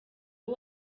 uwo